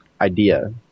idea